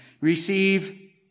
receive